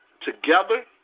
together